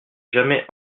jamais